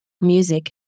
music